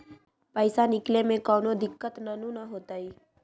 पईसा निकले में कउनो दिक़्क़त नानू न होताई?